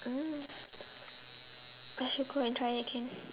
I mean I should go and try again